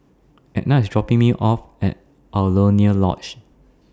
Edna IS dropping Me off At Alaunia Lodge